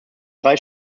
drei